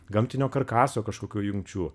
gamtinio karkaso kažkokių jungčių